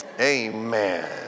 Amen